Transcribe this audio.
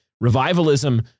revivalism